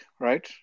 right